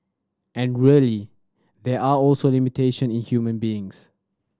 and really there are also limitation in human beings